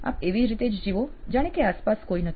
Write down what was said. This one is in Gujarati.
આપ એવી રીતે જ જીવો જાણે કે આસપાસ કોઈ નથી